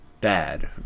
bad